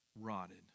Rotted